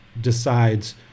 decides